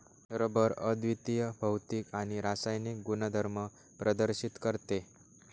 rubber अद्वितीय भौतिक आणि रासायनिक गुणधर्म प्रदर्शित करते